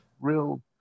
real